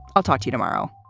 i'll talk to you tomorrow